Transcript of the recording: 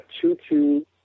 two-two